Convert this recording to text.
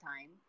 time